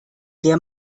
der